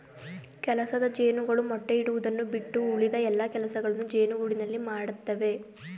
ಕೆಲಸದ ಜೇನುಗಳು ಮೊಟ್ಟೆ ಇಡುವುದನ್ನು ಬಿಟ್ಟು ಉಳಿದ ಎಲ್ಲಾ ಕೆಲಸಗಳನ್ನು ಜೇನುಗೂಡಿನಲ್ಲಿ ಮಾಡತ್ತವೆ